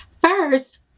First